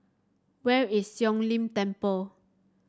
where is Siong Lim Temple